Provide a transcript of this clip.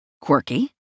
quirky